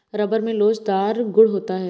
rubber में लोचदार गुण होता है